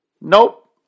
nope